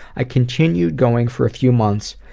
i continued going for a few months